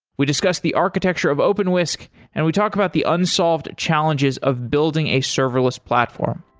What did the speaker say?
we discuss the architecture of openwhisk and we talk about the unsolved challenges of building a serverless platform.